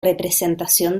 representación